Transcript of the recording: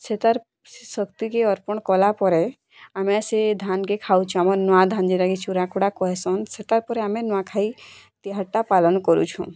ସେତାର୍ ସେ ଶକ୍ତି କେ ଅର୍ପଣ କଲା ପରେ ଆମେ ସେ ଧାନ୍ କେ ଖାଉଚୁ ଆମର୍ ନୂଆ ଧାନ୍ ଯେଟା କି ଚୁରାକୁଡ଼ା କହେସନ୍ ସେଟା ପରେ ଆମେ ନୂଆଁଖାଇ ତିହାର୍ଟା ପାଲନ୍ କରୁଛୁଁ